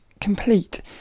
complete